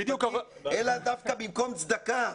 אלא דווקא במקום צדקה,